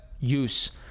use